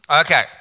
Okay